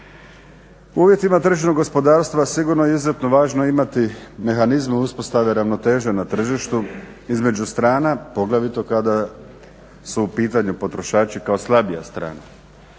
U uvjetima tržišnog gospodarstva sigurno je izuzetno važno imati mehanizme uspostave ravnoteže na tržištu između strana poglavito kada su u pitanju potrošači kao slabija strana.